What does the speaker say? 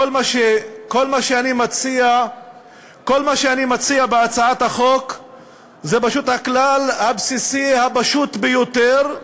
כל מה שאני מציע בהצעת החוק זה פשוט הכלל הבסיסי הפשוט ביותר,